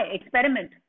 experiment